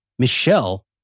Michelle